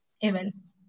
events